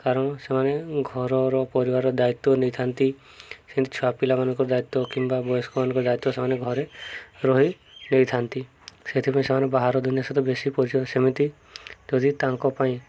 କାରଣ ସେମାନେ ଘରର ପରିବାରର ଦାୟିତ୍ୱ ନେଇଥାନ୍ତି ସେମିତି ଛୁଆପିଲାମାନଙ୍କର ଦାୟିତ୍ୱ କିମ୍ବା ବୟସ୍କମାନଙ୍କର ଦାୟିତ୍ୱ ସେମାନେ ଘରେ ରହି ନେଇଥାନ୍ତି ସେଥିପାଇଁ ସେମାନେ ବାହାର ଦୁନିଆ ସହିତ ବେଶୀ ପରିଚୟ ସେମିତି ଯଦି ତାଙ୍କ ପାଇଁ